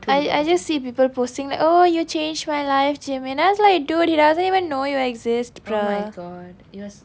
I I just see people posting like oh you changed my life ji min I was like dude he doesn't even know you exist bruh